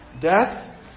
death